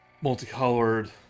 multicolored